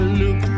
look